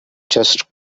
just